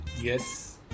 Yes